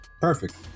perfect